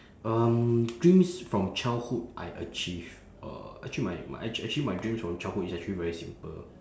um dreams from childhood I achieve uh actually my my actually my dreams from childhood is actually very simple